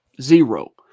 zero